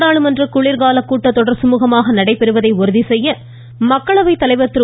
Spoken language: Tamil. நாடாளுமன்ற குளிர்கால கூட்டத்தொடர் சுமூகமாக நடைபெறுவதை உறுதிசெய்ய மக்களவைத் தலைவர் திரு